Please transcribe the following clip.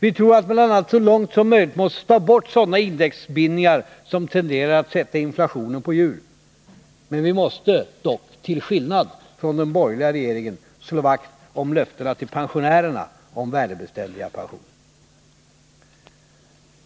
Vi tror att man bl.a. så långt som möjligt måste ta bort sådana indexbindningar som tenderar att ”sätta inflationen på hjul”. Men vi måste — till skillnad från den borgerliga regeringen — slå vakt om löftena till pensionärerna om värdebeständiga pensioner.